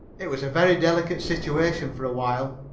it was a very delicate situation for a while.